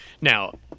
now